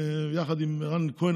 יחד עם רן כהן,